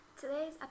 Today's